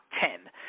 ten